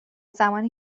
زمانی